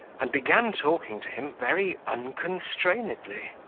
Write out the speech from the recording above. and began talking to him very unconstrainedly.